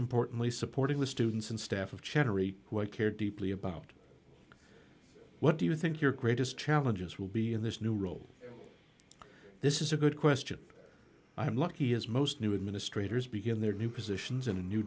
importantly supporting the students and staff of chattery who i care deeply about what do you think your greatest challenges will be in this new role this is a good question i'm lucky as most new administrators begin their new positions in a new